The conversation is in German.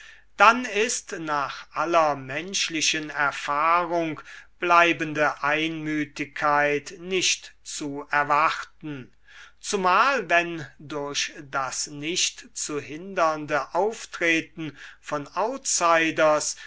dann ist nach aller menschlichen erfahrung bleibende einmütigkeit nicht zu erwarten zumal wenn durch das nicht zu hindernde auftreten von outsiders